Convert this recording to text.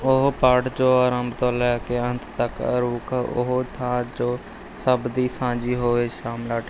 ਉਹ ਪਾਠ ਜੋ ਆਰੰਭ ਤੋਂ ਲੈ ਕੇ ਅੰਤ ਤੱਕ ਅਰੋਕ ਉਹ ਥਾਂ ਜੋ ਸਭ ਦੀ ਸਾਂਝੀ ਹੋਵੇ ਸ਼ਾਮਲਾਟ